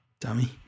Dummy